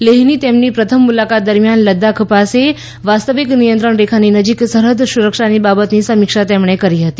લેહની તેમની પ્રથમ મુલાકાત દરમિયાન લદ્દાખ પાસે વાસ્તવિક નિયંત્રણ રેખાની નજીક સરહૃદ સુરક્ષાની બાબતની સમીક્ષા કરી હૃતી